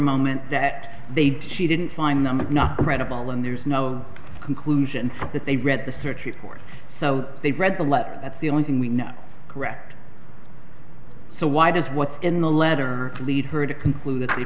moment that they did she didn't find them of not credible and there's no conclusion that they read the search report so they read the letter that's the only thing we know correct so why does what's in the letter lead her to conclude th